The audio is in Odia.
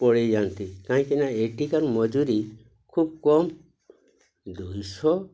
ପଳାଇ ଯାଆନ୍ତି କାହିଁକି ନା ଏଠିକାର ମଜୁରୀ ଖୁବ୍ କମ୍ ଦୁଇଶହ